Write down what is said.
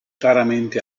raramente